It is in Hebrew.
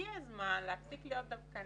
הגיע הזמן להפסיק להיות דווקניים,